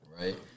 Right